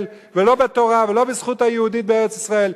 ולא בתורה ולא בזכות היהודית בארץ-ישראל,